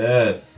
Yes